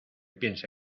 piense